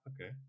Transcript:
okay